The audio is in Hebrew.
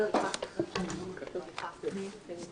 כפי שפירטתי